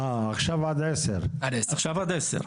עכשיו עד 10. עכשיו עד 10,